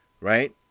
right